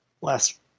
last